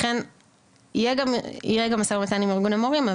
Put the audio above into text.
לכן יהיה גם משא ומתן עם ארגון המורים.